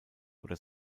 oder